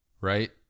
right